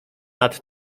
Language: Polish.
nad